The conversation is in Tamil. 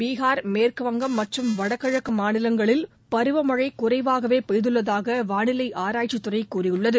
பீகார் மேற்கு வங்கம் மற்றும் வடகிழக்கு மாநிலங்களில் பருவமழை குறைவாகவே பெய்துள்ளதாக வானிலை ஆராய்ச்சி துறை கூறியுள்ளது